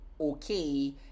okay